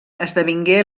esdevingué